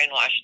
brainwashed